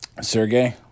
Sergey